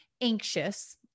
anxious